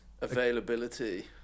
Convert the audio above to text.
availability